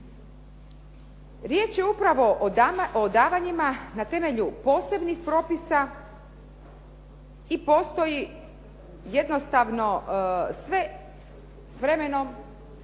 Riječ je upravo o davanjima na temelju posebnih propisa i postoji jednostavno sve s vremenom,